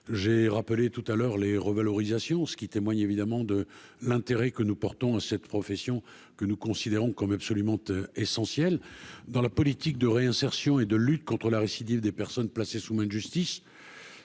j'ai rappelé tout à l'heure, les revalorisations, ce qui témoigne évidemment de l'intérêt que nous portons à cette profession que nous considérons comme absolument essentielles dans la politique de réinsertion et de lutte contre la récidive des personnes placées sous main de justice.